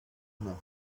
nothing